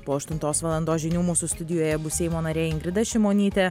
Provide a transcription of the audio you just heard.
po aštuntos valandos žinių mūsų studijoje bus seimo narė ingrida šimonytė